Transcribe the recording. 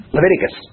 Leviticus